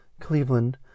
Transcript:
Cleveland